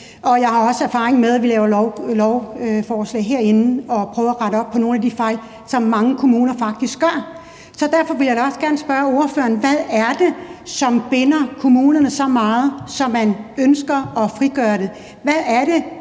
jeg har også erfaring med, at vi laver lovforslag herinde og prøver at rette op på nogle af de fejl, som mange kommuner faktisk laver. Derfor vil jeg da også gerne spørge ordføreren, hvad det er, som binder kommunerne så meget, at man ønsker at frigøre dem. Hvad er det